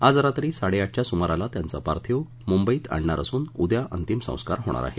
आज रात्री साडेआठच्या सुमारास त्यांचं पार्थिव मुंबईत आणणार असून उद्या अंतिम संस्कार होणार आहेत